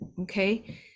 Okay